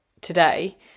today